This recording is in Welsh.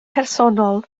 personol